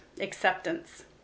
acceptance